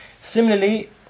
Similarly